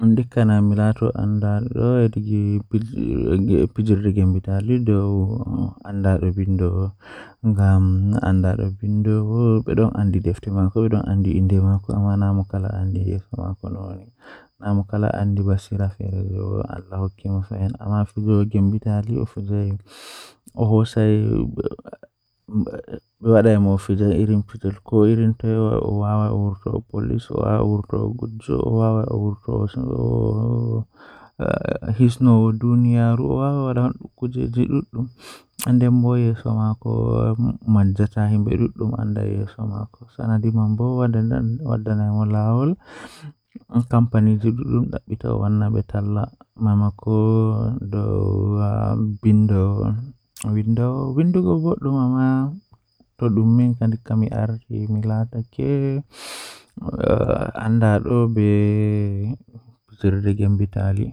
Kala mo mauni fuu handi ɓe wiya nasti nder siyaasa Eyi, ko fii taƴi ɓe foti yimɓe ɗe ngoni e nder ndiyam politique. Ɓuri ko waɗde, ɓe waawi sosde e ngoodi e heɓugol farɗe e nder caɗeele.